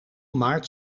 maart